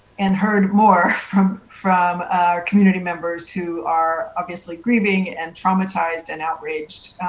and heard more, from from our community members who are obviously grieving and traumatized, and outraged.